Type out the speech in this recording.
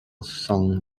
sung